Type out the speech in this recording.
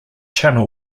channel